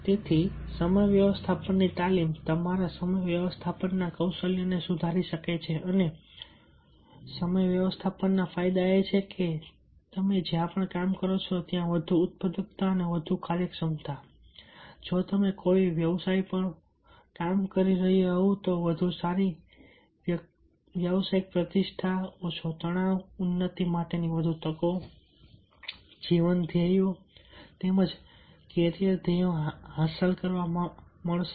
તેથી સમય વ્યવસ્થાપનની તાલીમ તમારા સમય વ્યવસ્થાપન કૌશલ્યોને સુધારી શકે છે અને સમય વ્યવસ્થાપનના ફાયદા એ છે કે તમે જ્યાં પણ કામ કરો છો ત્યાં વધુ ઉત્પાદકતા અને વધુ કાર્યક્ષમતા જો તમે કોઈ વ્યવસાય પર કામ કરી રહ્યા હોવ તો વધુ સારી વ્યાવસાયિક પ્રતિષ્ઠા ઓછો તણાવ ઉન્નતિ માટેની વધુ તકો જીવન ધ્યેયો તેમજ કેરિયર ધ્યેયો હાંસલ કરવા મળશે